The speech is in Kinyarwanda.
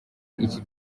iki